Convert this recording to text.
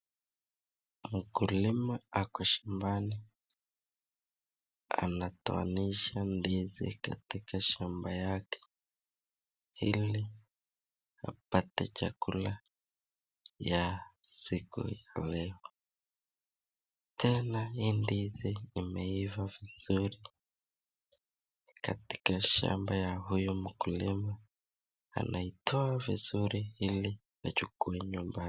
Mkulima ako shambani anatoanisha ndizi katika shamba yake ili apate chakula ya siku hiyo. Tena hii ndizi imeivaa vizuri katika shamba ya huyu mkulima. Anaitoa vizuri ili aichukue nyumbani.